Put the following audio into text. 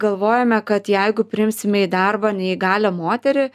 galvojame kad jeigu priimsime į darbą neįgalią moterį